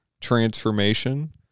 transformation